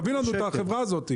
תביא לנו את החברה הזו.